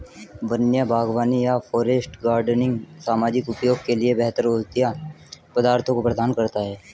वन्य बागवानी या फॉरेस्ट गार्डनिंग सामाजिक उपयोग के लिए बेहतर औषधीय पदार्थों को प्रदान करता है